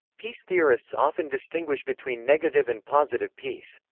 peace theorists often distinguish between negative and positive peace.